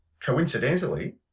coincidentally